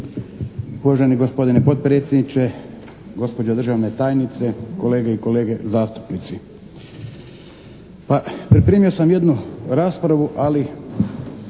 Uvaženi gospodine potpredsjedniče, gospođo državna tajnice, kolegice i kolege zastupnici! Pa pripremio sam jednu raspravu ali